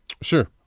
Sure